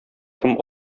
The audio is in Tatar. кем